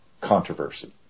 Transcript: controversy